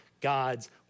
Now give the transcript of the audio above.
god's